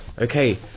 okay